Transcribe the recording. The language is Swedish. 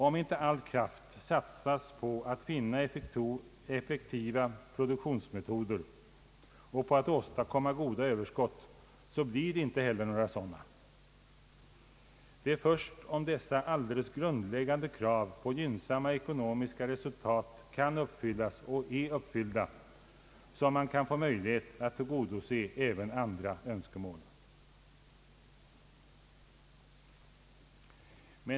Om inte all kraft satsas på att finna effektiva produktionsmetoder och på att åstadkomma goda överskott, blir det inte heller några sådana. Det är först om dessa helt grundläggande krav på gynnsamma ekonomiska resultat kan uppfyllas och är uppfyllda som man kan få möjlighet att tillgodose även andra önskemål.